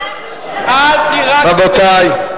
רבותי.